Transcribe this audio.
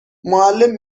معلم